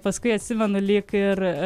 paskui atsimenu lyg ir